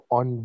on